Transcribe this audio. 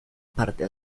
parte